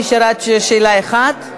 מירב בן ארי מבקשת לשנות את ההצבעה שלה.